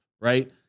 right